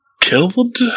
killed